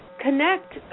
connect